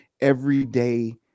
everyday